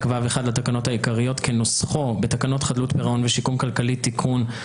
ו'1 לתקנות העיקריות כנוסחו בתקנות חדלות פירעון ושיקום כלכלי (תיקון),